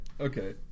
Okay